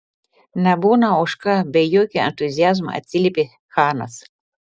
nebūna už ką be jokio entuziazmo atsiliepė chanas